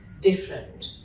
different